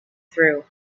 through